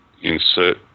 insert